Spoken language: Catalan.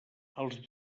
els